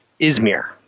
Izmir